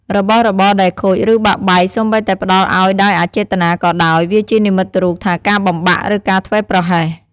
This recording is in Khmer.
របស់របរដែលខូច ឬបាក់បែក សូម្បីតែផ្តល់ឱ្យដោយអចេតនាក៏ដោយ វាជានិមិត្តរូបថាការបំបាក់ ឬការធ្វេសប្រហែស។